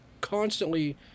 constantly